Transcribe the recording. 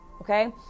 okay